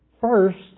First